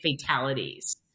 fatalities